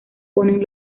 ponen